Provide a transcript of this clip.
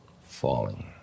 falling